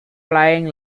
flying